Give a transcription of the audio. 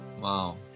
wow